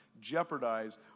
jeopardize